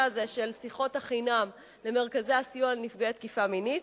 הזה של שיחות החינם למרכזי הסיוע לנפגעי תקיפה מינית,